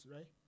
Right